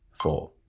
four